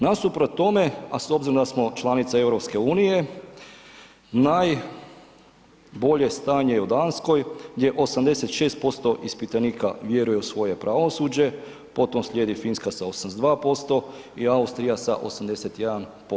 Nasuprot tome a s obzirom da smo članica EU-a, najbolje stanje je u Danskoj gdje 86% ispitanika vjeruje u svoje pravosuđe, potom slijedi Finska sa 82% i Austrija sa 81%